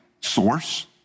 source